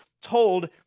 told